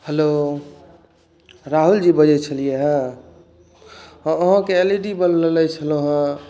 hello राहुलजी बाजै छलिया हँ अहाँके एल ई डी बल्ब लेने छलहुँ हँ